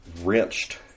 wrenched